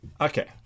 Okay